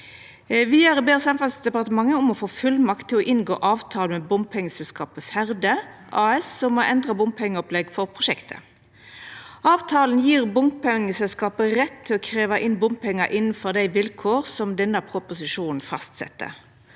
ber Samferdselsdepartementet om å få fullmakt til å inngå avtale med bompengeselskapet Ferde AS om å endra bompengeopplegg for prosjektet. Avtalen gjev bompengeselskapet rett til å krevja inn bompengar innanfor dei vilkåra som denne proposisjonen fastset.